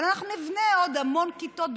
אבל אנחנו נבנה עוד המון כיתות,